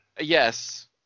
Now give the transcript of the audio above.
Yes